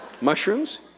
Mushrooms